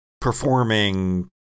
performing